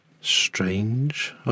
Strange